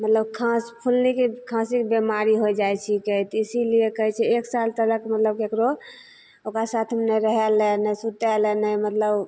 मतलब खाँ फुल्लीके खाँसीके बेमारी होइ जाइ छिकै तऽ इसीलिए कहै छै एक साल तलक मतलब केकरो ओकरासाथ नहि रहैले नहि सुतैले नहि मतलब